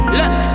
look